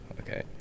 Okay